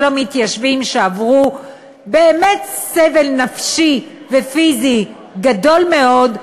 המתיישבים שעברו באמת סבל נפשי ופיזי גדול מאוד,